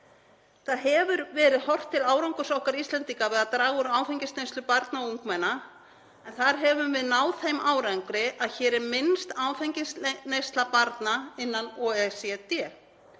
Það hefur verið horft til árangurs okkar Íslendinga við að draga úr áfengisneyslu barna og ungmenna en þar höfum við náð þeim árangri að hér er minnst áfengisneysla barna innan OECD.